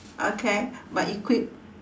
okay but equip